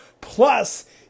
Plus